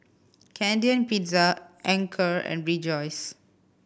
Canadian Pizza Anchor and Rejoice